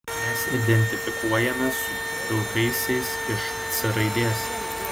mes identifikuojamės su pilkaisiais iš c raidės